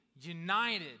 united